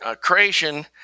creation